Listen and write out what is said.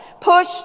Push